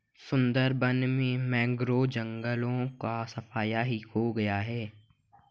सुंदरबन में मैंग्रोव जंगलों का सफाया ही हो गया है